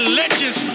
legends